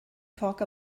talk